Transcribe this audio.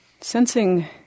Sensing